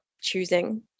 choosing